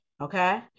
okay